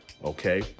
Okay